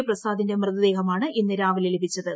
ക്രസാദിന്റെ മൃതദേഹമാണ് ഇന്ന് രാവിലെ ലഭിച്ചത്